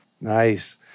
Nice